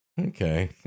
Okay